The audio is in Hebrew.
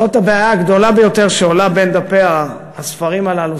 זאת הבעיה הגדולה ביותר שעולה בין דפי הספרים הללו,